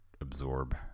absorb